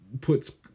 puts